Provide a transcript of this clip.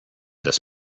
this